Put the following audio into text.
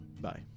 Bye